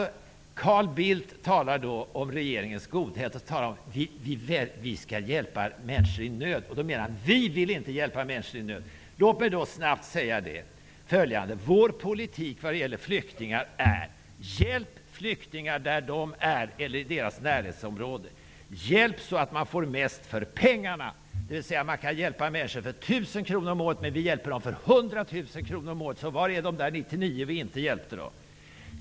Carl Bildt talar om regeringens godhet och säger att vi skall hjälpa människor i nöd, och han menar då att vi i Ny demokrati inte vill hjälpa människor i nöd. Låt mig då snabbt säga följande. Vår politik när det gäller flyktingar är: Hjälp flyktingar där de är eller i deras närområde. Ge dem den hjälp som ger mest för pengarna. Man kan hjälpa människor för 1 000 kr om året, men vi hjälper dem för 100 000 kr om året, så var är de 99 000 som vi inte använde till att hjälpa dem med?